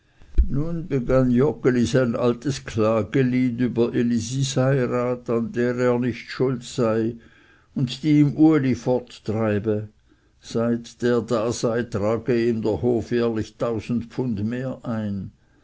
altes klagelied über elisis heirat an der er nicht schuld sei und die ihm uli forttreibe seit der da sei trage ihm der hof jährlich tausend pfund mehr ein